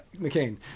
McCain